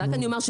רק אני אומר,